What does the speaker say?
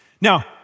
Now